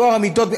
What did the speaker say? טוהר המידות.